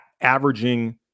averaging